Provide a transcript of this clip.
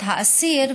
האסיר,